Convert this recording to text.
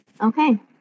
Okay